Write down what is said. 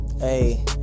Hey